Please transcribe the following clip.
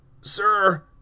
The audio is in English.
Sir